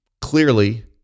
clearly